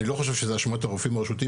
אני לא חושב שזאת אשמת הרופאים הרשותיים